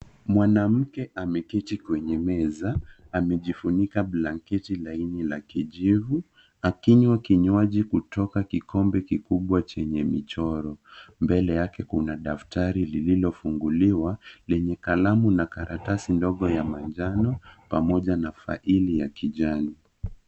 Mwanamke ameketi kwenye meza, amejifunika blanketi laini la kijivu akinywa kinywaji kutoka kikombe kikubwa chenye michoro. Mbele yake kuna daftari lililofunguliwa lenye kalamu na karatasi ndogo ya manjano pamoja na faili ya kijani.